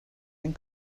and